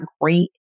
great